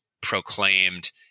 proclaimed